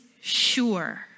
sure